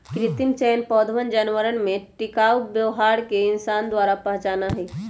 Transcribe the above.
कृत्रिम चयन पौधवन और जानवरवन में टिकाऊ व्यवहार के इंसान द्वारा पहचाना हई